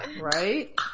Right